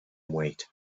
wait